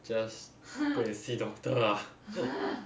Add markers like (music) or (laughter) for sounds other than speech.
just go and see doctor lah (laughs)